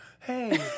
Hey